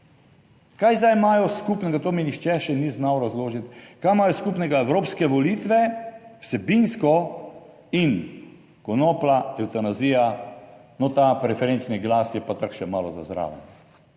Kaj zdaj imajo skupnega, to mi nihče še ni znal razložiti? Kaj imajo skupnega evropske volitve vsebinsko in konoplja, evtanazija, no, ta preferenčni glas je pa tako še malo za zraven.